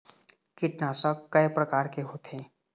कीटनाशक कय प्रकार के होथे?